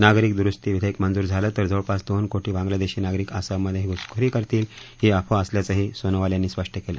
नागरिक द्रुस्ती विधेयक मंजूर झाले तर जवळपास दोन कापी बांगलादेशी नागरिक आसामध्ये घुसखोरी करतील ही अफवा असल्याचंही सोनोवाल यांनी स्पष्ट केलं